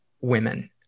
women